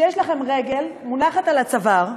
כשיש לכם רגל מונחת על הצוואר,